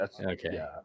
Okay